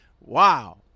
wow